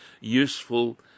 useful